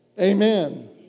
Amen